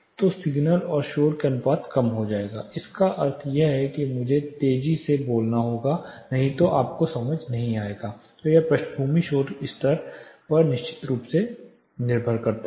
तो सिग्नल और शोर का अनुपात कम हो जाएगा जिसका अर्थ है कि मुझे ज्यादा तेजी से बोलना होगा नहीं तो आपको समझ नहीं आएगा तो यह पृष्ठभूमि शोर स्तर पर निश्चित रूप से निर्भर करता है